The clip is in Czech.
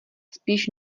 spíš